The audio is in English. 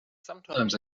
sometimes